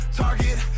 target